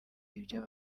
ibyo